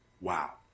Wow